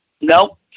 nope